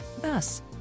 Thus